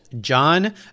John